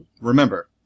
Remember